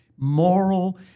moral